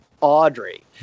Audrey